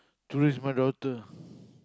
three's my daughter